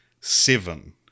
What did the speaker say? Seven